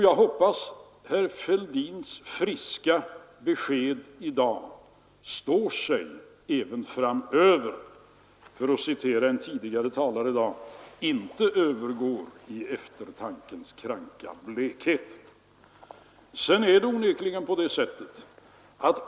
Jag hoppas att herr Fälldins friska besked står sig även framöver och inte — för att citera en tidigare talare i dag — övergår i eftertankens kranka blekhet.